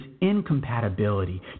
incompatibility